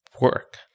work